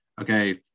okay